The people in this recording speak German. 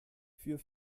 für